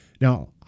Now